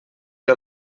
que